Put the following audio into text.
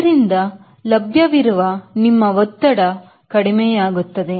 ಆದ್ದರಿಂದಲಭ್ಯವಿರುವ ನಿಮ್ಮ ಒತ್ತಡ ಕಡಿಮೆಯಾಗುತ್ತದೆ